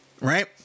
right